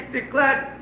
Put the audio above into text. declared